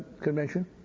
convention